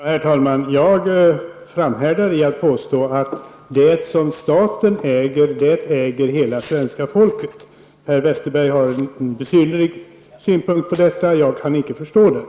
Herr talman! Jag framhärdar i mitt påstående att det staten äger, äger hela svenska folket. Per Westerberg har en besynnerlig synpunkt på detta. Jag kan icke förstå den.